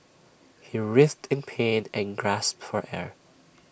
he writhed in pain and gasped for air